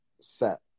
set